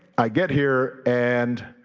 i get here and